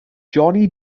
johnny